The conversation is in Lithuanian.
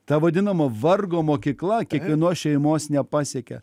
ta vadinama vargo mokykla kiekvienos šeimos nepasiekė